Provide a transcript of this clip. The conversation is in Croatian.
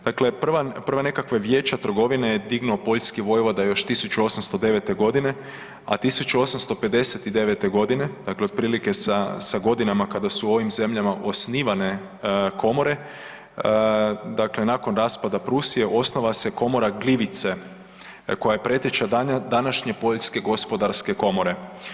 Dakle, prva, prva nekakva vijeća trgovine je dignuo poljski vojvoda još 1809. godine, a 1859. godine dakle otprilike sa godinama kada su u ovim zemljama osnivane komore, dakle nakon raspada Prusije osniva se Glivice koja je preteča današnje Poljske gospodarske komore.